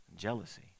Jealousy